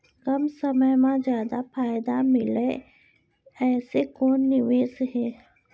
कम समय मा जादा फायदा मिलए ऐसे कोन निवेश हे?